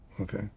okay